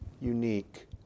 unique